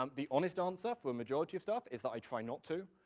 um the honest answer for a majority of stuff is that i try not to.